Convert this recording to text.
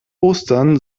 ostern